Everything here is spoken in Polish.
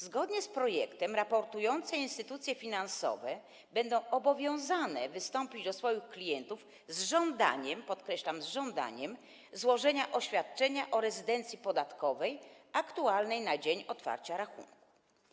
Zgodnie z projektem raportujące instytucje finansowe będą zobowiązane wystąpić do swoich klientów z żądaniem, podkreślam: z żądaniem złożenia oświadczenia o rezydencji podatkowej aktualnej na dzień otwarcia rachunku.